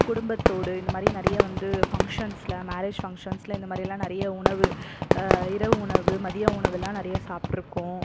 குடும்பத்தோடு இந்த மாதிரி நிறைய வந்து ஃபங்க்ஷன்ஸில் மேரேஜ் ஃபங்க்ஷன்ஸில் இந்த மாதிரிலாம் நிறைய உணவு இரவு உணவு மதிய உணவுலாம் நிறைய சாப்பிட்ருக்கோம்